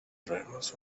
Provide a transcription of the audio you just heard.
drivers